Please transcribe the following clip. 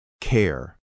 care